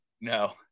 No